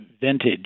vintage